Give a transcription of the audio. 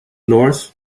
north